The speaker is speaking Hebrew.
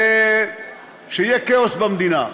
ושיהיה כאוס במדינה.